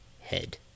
head